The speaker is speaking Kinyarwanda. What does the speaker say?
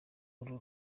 uru